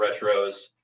retros